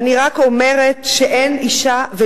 ואני רק אומרת שאין אשה,